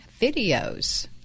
videos